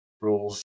rules